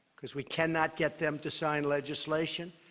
because we cannot get them to sign legislation.